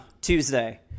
tuesday